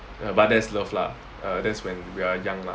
but that's love lah err that's when we are young lah